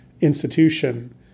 institution